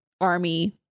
army